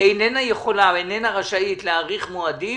איננה יכולה או איננה רשאית להאריך מועדים